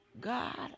god